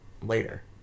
later